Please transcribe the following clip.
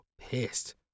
pissed